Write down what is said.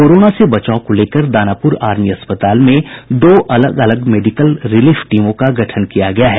corona से बचाव को लेकर दानापुर आर्मी अस्पताल में दो अलग अलग मेडिकल रिलीफ टीमों का गठन किया गया है